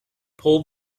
pull